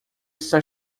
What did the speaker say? está